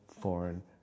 foreign